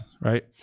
Right